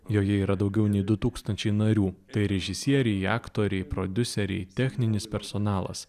joje yra daugiau nei du tūkstančiai narių tai režisieriai aktoriai prodiuseriai techninis personalas